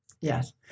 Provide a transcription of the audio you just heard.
Yes